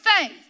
faith